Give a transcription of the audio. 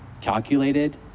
calculated